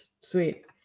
Sweet